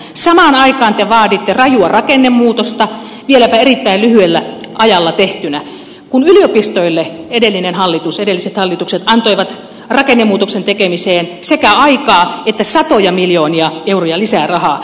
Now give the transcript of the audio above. samaan aikaan te vaaditte rajua rakennemuutosta vieläpä erittäin lyhyellä ajalla tehtynä kun yliopistoille edelliset hallitukset antoivat rakennemuutoksen tekemiseen sekä aikaa että satoja miljoonia euroja lisää rahaa